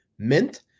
mint